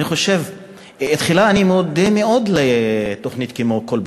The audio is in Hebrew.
תחילה אני מודה מאוד לתוכנית "כלבוטק",